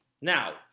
Now